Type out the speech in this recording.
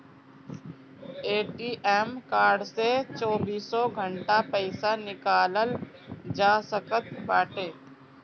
ATM card से चौबीसों घंटा पईसा निकालल जा सकत बाटे